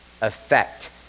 affect